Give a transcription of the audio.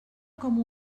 com